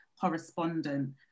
correspondent